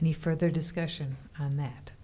any further discussion on that